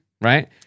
right